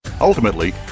Ultimately